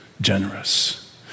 generous